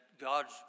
God's